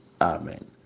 amen